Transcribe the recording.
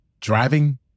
driving